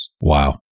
Wow